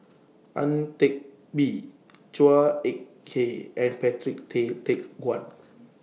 Ang Teck Bee Chua Ek Kay and Patrick Tay Teck Guan